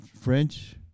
French